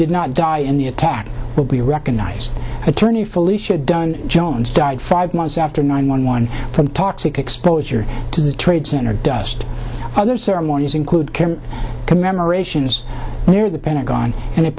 did not die in the attack will be recognized attorney felicia dunn jones died five months after nine one one from toxic exposure to the trade center dust other ceremonies include commemorations near the pentagon and